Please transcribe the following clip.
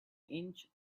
inch